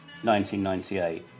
1998